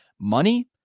money